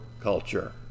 culture